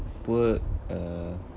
poor uh